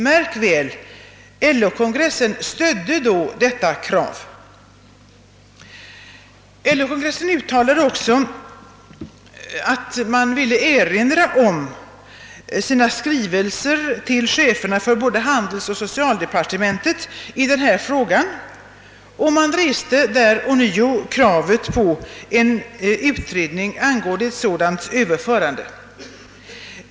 Märk väl att LO-kongressen då stödde detta krav! Den uttalade också att man ville erinra om sina skrivelser till cheferna för både handelsoch socialdepartementen i denna fråga, och man reste där ånyo krav på en utredning angående ett sådant överförande.